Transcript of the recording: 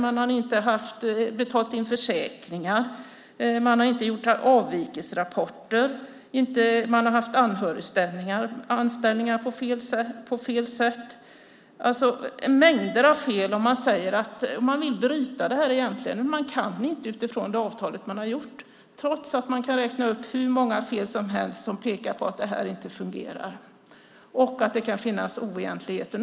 De har inte betalat in försäkringar. De har inte gjort avvikelserapporter. De har haft anhöriganställningar på fel sätt. Mängder av fel har begåtts. Man säger att man egentligen vill bryta det här, men man kan inte göra det utifrån det avtal man har trots att vi kan räkna upp hur många fel som helst som pekar på att detta inte fungerar och att det kan finnas oegentligheter.